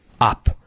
up